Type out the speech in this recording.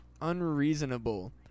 unreasonable